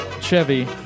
Chevy